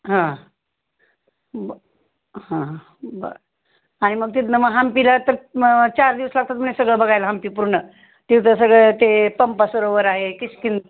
हां ब हां बर आणि मग तिथ नं मग हंपीला तर मग चार दिवसात लागतात म्हणे सगळं बघायला हंपी पूर्ण तिथं सगळं ते पंपा सरोवर आहे किशकिन